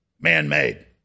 man-made